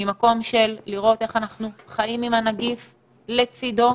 ממקום של חיים עם הנגיף ולצדו.